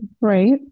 right